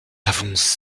avons